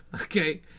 Okay